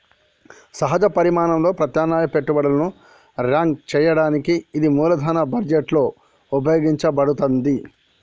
సమాన పరిమాణంలో ప్రత్యామ్నాయ పెట్టుబడులను ర్యాంక్ చేయడానికి ఇది మూలధన బడ్జెట్లో ఉపయోగించబడతాంది